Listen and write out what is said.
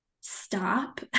stop